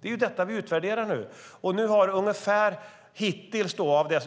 Det är detta vi utvärderar nu.